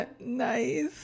Nice